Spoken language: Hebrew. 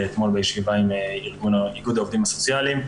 אתמול בישיבה עם איגוד העובדים הסוציאליים,